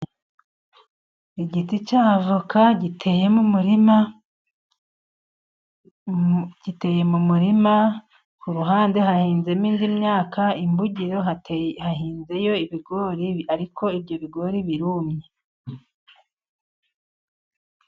Igiti cya avoka giteye mu murima, ku ruhande hahinzemo indi myaka, imbugiro hahinzeyo ibigori ariko ibyo bigori birumye.